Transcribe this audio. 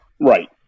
right